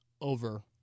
over